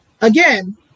again